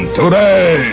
today